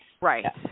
Right